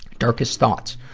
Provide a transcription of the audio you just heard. darkest thoughts,